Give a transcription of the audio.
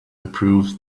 improves